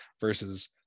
versus